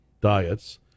diets